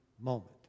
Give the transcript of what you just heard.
moment